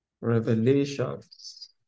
Revelations